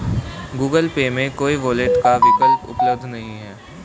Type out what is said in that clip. Google Pay में कोई wallet का विकल्प उपलब्ध नहीं है